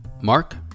Mark